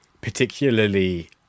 particularly